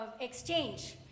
exchange